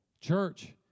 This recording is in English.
Church